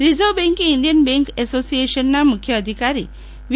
reserve બેંકે Indian bank એસોસિએશનના મુખ્ય અધિકારી વી